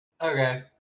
Okay